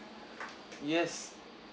yes